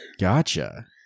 gotcha